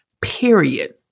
period